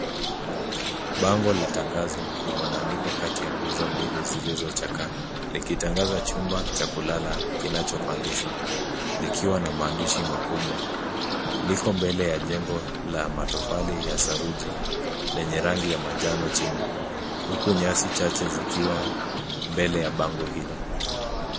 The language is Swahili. Bango la tangazo limebandikwa kati ya nguzo mbili zilizochakaa likitangaza chumba cha kulala kinachopangishwa, likiwa na maandishi makubwa. Liko mbele ya jengo la matofali ya saruji lenye rangi ya manjano chini, huku nyasi chache zikiwa mbele ya bango hilo.